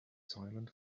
silent